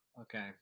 Okay